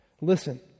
Listen